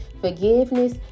forgiveness